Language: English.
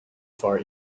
far